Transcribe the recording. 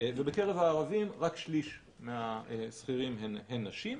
ובקרב הערבים רק שליש מהשכירים הן נשים.